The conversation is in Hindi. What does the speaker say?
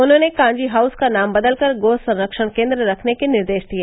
उन्होंने कांजी हाउस का नाम बदलकर गो संरक्षण केन्द्र रखने के निर्देश दिए